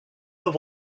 have